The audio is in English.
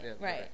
right